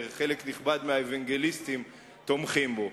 שחלק נכבד מהאוונגליסטים תומכים בו.